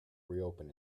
reopen